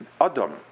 Adam